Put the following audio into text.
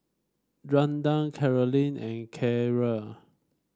Randall Carolynn and Keira